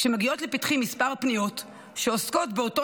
כשמגיעות לפתחי כמה פניות שעוסקות באותו